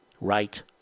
right